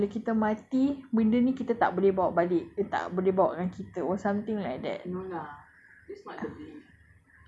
it's actually to show that ah bila kita mati benda ni kita tak boleh bawa balik tak boleh bawa dengan kita or something like that